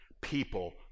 people